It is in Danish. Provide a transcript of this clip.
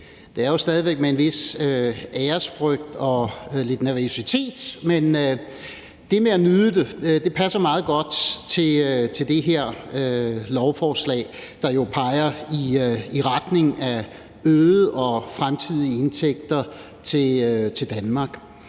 Det er jo stadig væk med en vis ærefrygt og lidt nervøsitet, men det med at nyde det passer meget godt til det her lovforslag, der peger i retning af øgede og fremtidige indtægter til Danmark.